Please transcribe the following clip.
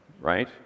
Right